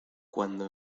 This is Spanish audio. cuando